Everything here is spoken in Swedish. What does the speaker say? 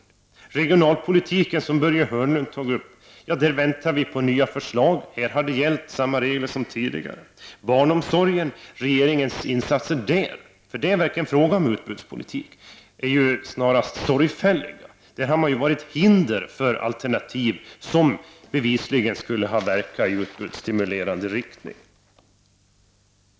Inom regionalpolitiken, som Börje Hörnlund tog upp, väntar vi på nya förslag. Här har samma regler gällt som tidigare. Regeringens insatser i fråga om barnomsorgen, och där är det verkligen fråga om utbudspolitik, är snarast sorgliga. Där har regeringen varit ett hinder för alternativ som bevisligen skulle ha verkat i utbudsstimulerande riktning.